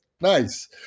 nice